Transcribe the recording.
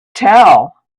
tell